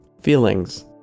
Feelings